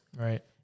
Right